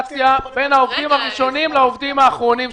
בהגדרה "השכר המזערי" במקום "3,300